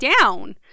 down